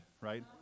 right